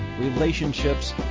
relationships